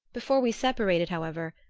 before we separated, however,